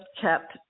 kept